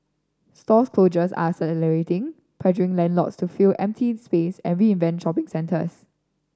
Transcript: store closures are accelerating pressuring landlords to fill empty space and reinvent shopping centers